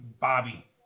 Bobby